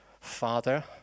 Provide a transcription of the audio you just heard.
Father